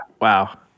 Wow